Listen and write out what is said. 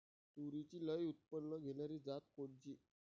तूरीची लई उत्पन्न देणारी जात कोनची?